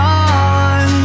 on